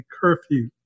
curfew